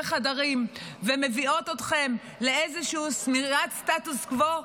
חדרים ומביאות אתכם לאיזשהו שמירת סטטוס קוו?